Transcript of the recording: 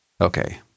Okay